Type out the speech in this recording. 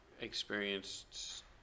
experienced